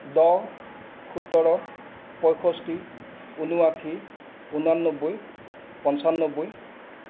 দহ সোতৰ পয়ষষ্ঠি ঊনাশী ঊনান্নব্বৈ পঞ্চান্নব্বৈ